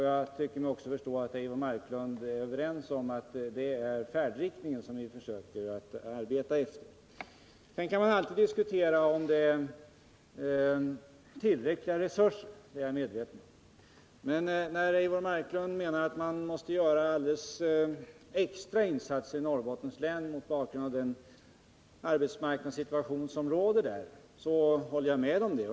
Jag tycker mig också förstå att 27 Eivor Marklund är ense med mig om att det är den färdriktningen som vi skall försöka arbeta efter. Sedan kan man alltid diskutera om resurserna är tillräckliga, det är jag medveten om. När Eivor Marklund menar att man måste göra alldeles extra insatser i Norrbottens län mot bakgrund av den arbetsmarknadssituation som råder där håller jag med om det.